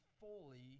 fully